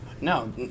No